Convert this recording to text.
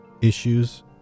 issues